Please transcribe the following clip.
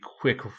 quick